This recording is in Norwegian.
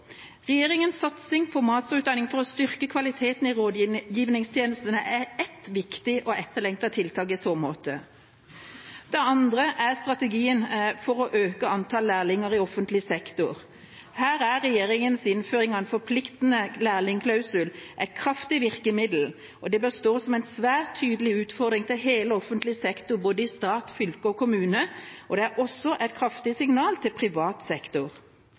satsing på masterutdanning for å styrke kvaliteten i rådgivingstjenestene er ett viktig og etterlengtet tiltak i så måte. Det andre er strategien for å øke antall lærlinger i offentlig sektor. Her er regjeringas innføring av en forpliktende lærlingklausul et kraftig virkemiddel. Det bør stå som en svært tydelig utfordring for hele offentlig sektor – både stat, fylke og kommune – og det er også et kraftig signal til privat sektor.